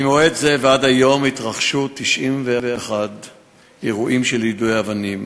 ממועד זה ועד היום התרחשו 91 אירועים של יידוי אבנים